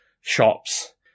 shops